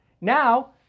Now